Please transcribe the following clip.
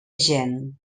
gent